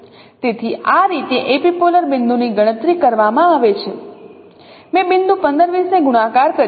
તેથી આ રીતે એપિપોલર બિંદુની ગણતરી કરવામાં આવે છે મેં બિંદુ 15 20 ને ગુણાકાર કર્યો